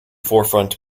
forefront